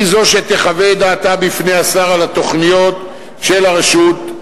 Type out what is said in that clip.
היא זו שתחווה את דעתה בפני השר על התוכניות של הרשות,